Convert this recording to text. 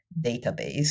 Database